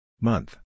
Month